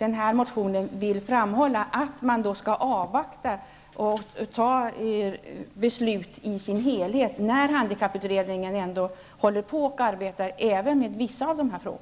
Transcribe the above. vad den vill framhålla är ju just att man skall avvakta och fatta ett beslut i dess helhet, när handikapputredningen ändå håller på att arbeta även med vissa av dessa frågor.